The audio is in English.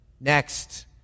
Next